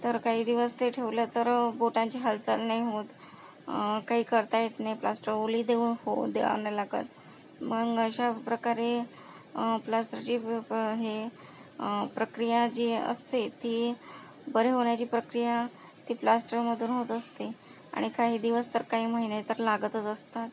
तर काही दिवस ते ठेवलं तर बोटांची हालचाल नाही होत काही करता येत नाही प्लॅस्टर ओलेही होऊ द्यावे नाही लागत मग अशा प्रकारे प्लॅस्टरचे हे प्रक्रिया जी असते ती बरे होण्याची प्रक्रिया ती प्लॅस्टरमधून होत असते आणि काही दिवस तर काही महिने तर लागतच असतात